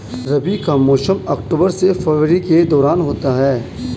रबी का मौसम अक्टूबर से फरवरी के दौरान होता है